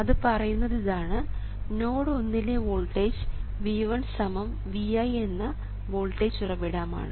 അത് പറയുന്നത് ഇതാണ് നോഡ് 1 ലെ വോൾട്ടേജ് V1 Vi എന്ന വോൾട്ടേജ് ഉറവിടമാണ്